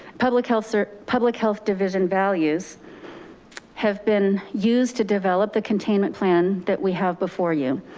public health so public health division values have been used to develop the containment plan that we have before you.